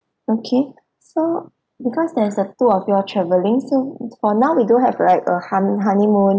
okay so because there's a two of you all traveling so for now we do have like a hon~ honeymoon